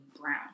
brown